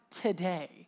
today